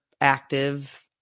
active